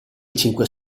cinque